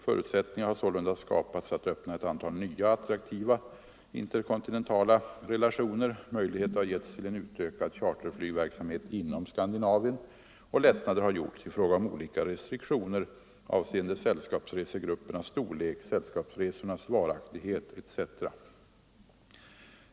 Förutsättningar har sålunda skapats att öppna ett antal nya attraktiva interkontinentala relationer, möjligheter har getts till en utökad charterflygverksamhet inom Skandinavien och lättnader har gjorts i fråga om olika restriktioner avseende sällskapsresegruppernas storlek, sällskapsresornas varaktighet etc.